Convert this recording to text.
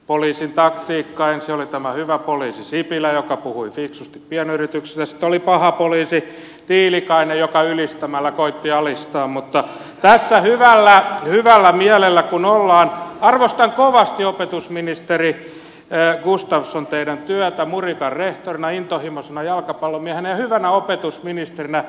ensin oli tämä hyvä poliisi sipilä joka puhui fiksusti pienyrityksille ja sitten oli paha poliisi tiilikainen joka ylistämällä koetti alistaa mutta tässä hyvällä mielellä kun ollaan arvostan kovasti opetusministeri gustafsson teidän työtänne murikan rehtorina intohimoisena jalkapallomiehenä ja hyvänä opetusministerinä